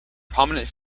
prominent